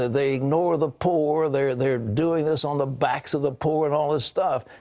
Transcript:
ah they ignore the poor. theyre theyre doing this on the backs of the poor, and all this stuff.